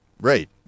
Right